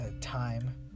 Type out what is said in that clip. time